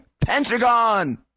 Pentagon